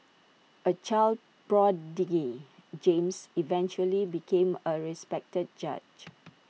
A child prodigy James eventually became A respected judge